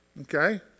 Okay